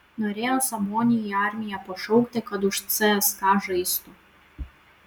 norėjo sabonį į armiją pašaukti kad už cska žaistų